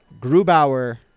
Grubauer